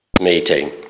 meeting